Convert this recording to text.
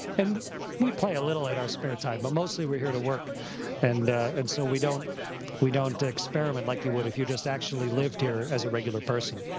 and we play a little in our spare time, but mostly we're here to work and and so we don't we don't experiment like you would if you just actually lived here as a regular person.